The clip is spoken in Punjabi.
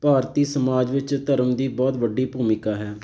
ਭਾਰਤੀ ਸਮਾਜ ਵਿੱਚ ਧਰਮ ਦੀ ਬਹੁਤ ਵੱਡੀ ਭੂਮਿਕਾ ਹੈ